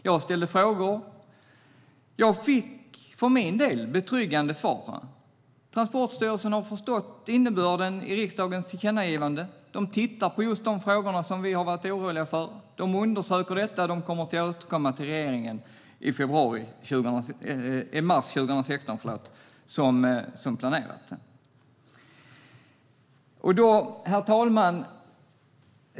Jag ställde själv frågor och fick för min del betryggande svar. Transportstyrelsen har förstått innebörden i riksdagens tillkännagivande och tittar på de frågor som vi varit oroliga för. De undersöker detta och kommer att återkomma till regeringen i mars 2016 som planerat. Herr talman!